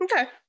okay